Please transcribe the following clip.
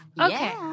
Okay